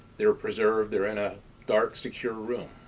they're preserved they're in a dark, secure room.